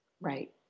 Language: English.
Right